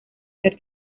ser